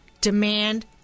Demand